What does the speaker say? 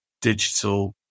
digital